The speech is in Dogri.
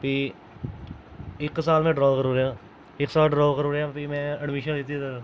फ्ही इक साल में ड्राप करी ओड़ेआ इक साल ड्राप करी ओड़ेआ फ्ही में अडमीशन लैती इद्धर